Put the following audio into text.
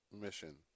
mission